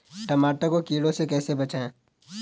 टमाटर को कीड़ों से कैसे बचाएँ?